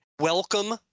welcome